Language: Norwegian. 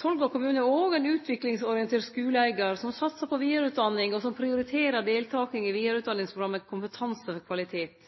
Tolga kommune er òg ein utviklingsorientert skuleeigar som satsar på vidareutdanning, og som prioriterer deltaking i vidareutdanningsprogrammet Kompetanse for kvalitet.